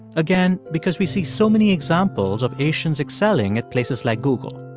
again, because we see so many examples of asians excelling at places like google.